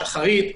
שחרית,